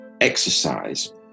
exercise